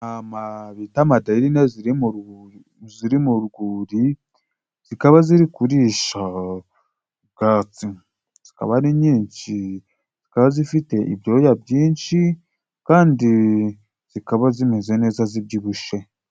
Intama bita Madarina ziri mu rwuri, zikaba ziri kurisha ubwatsi, zikaba ari nyinshi, zikaba zifite ibyoya byinshi, kandi zikaba zimeze neza zibyibushye.